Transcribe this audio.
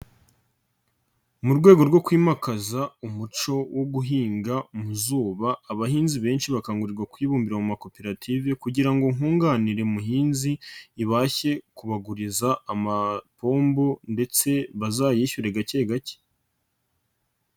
Mu rwego rwo kwimakaza umuco wo guhinga mu zuba, abahinzi benshi bakangurirwa kwibumbira mu makoperative kugira ngo nkunganire muhinzi, ibashe kubaguriza amapombo ndetse bazayishyure gake gake.